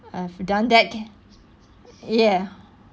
I have done that yeah